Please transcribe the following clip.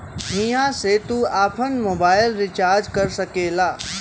हिया से तू आफन मोबाइल रीचार्ज कर सकेला